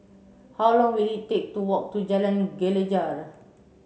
how long will it take to walk to Jalan Gelegar